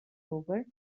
over